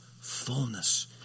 fullness